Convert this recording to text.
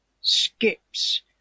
skips